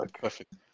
perfect